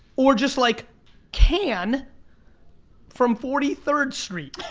or just like can from forty third street.